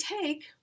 take